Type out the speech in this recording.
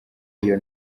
iyo